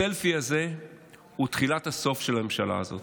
הסלפי הזה הוא תחילת הסוף של הממשלה הזאת,